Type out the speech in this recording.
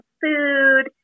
food